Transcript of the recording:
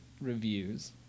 reviews